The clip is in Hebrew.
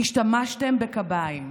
השתמשתם בקביים,